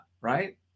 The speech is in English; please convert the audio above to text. right